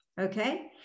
okay